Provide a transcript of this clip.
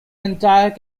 entire